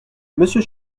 monsieur